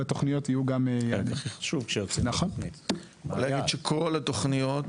והתכוניות יהיה גם --- אני אגיד שכל התוכניות,